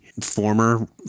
former